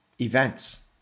events